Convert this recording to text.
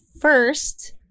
first